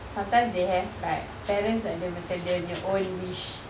sometimes they have like parents like ada dia punya own wish